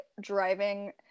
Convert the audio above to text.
driving